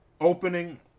opening